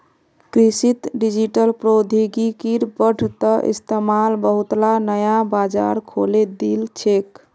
कृषित डिजिटल प्रौद्योगिकिर बढ़ त इस्तमाल बहुतला नया बाजार खोले दिल छेक